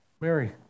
Mary